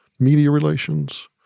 media relations,